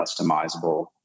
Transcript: customizable